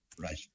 right